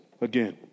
Again